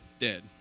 dead